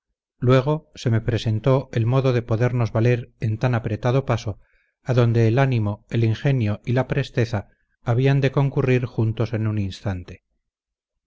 luego se me representó el modo de podernos valer en tan apretado paso adonde el ánimo el ingenio y la presteza habían de concurrir juntos en un instante